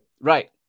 right